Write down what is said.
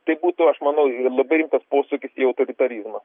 tai būtų aš manau labai rimtas posūkius į autoritarizmą